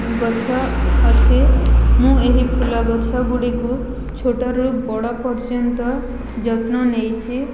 ଗଛ ଅଛି ମୁଁ ଏହି ଫୁଲ ଗଛ ଗୁଡ଼ିକୁ ଛୋଟରୁ ବଡ଼ ପର୍ଯ୍ୟନ୍ତ ଯତ୍ନ ନେଇଛି